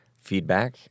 feedback